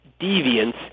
deviance